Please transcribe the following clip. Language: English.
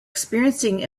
experiencing